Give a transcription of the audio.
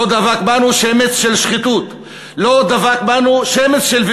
לא דבק בנו שמץ של שחיתות,